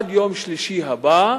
שעד יום שלישי הבא,